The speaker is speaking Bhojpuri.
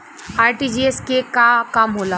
आर.टी.जी.एस के का काम होला?